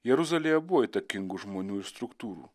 jeruzalėje buvo įtakingų žmonių ir struktūrų